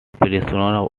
prisoner